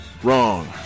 Wrong